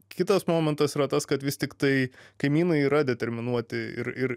kitas momentas yra tas kad vis tiktai kaimynai yra determinuoti ir ir ir